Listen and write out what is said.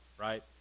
right